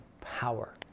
power